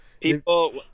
People